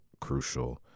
crucial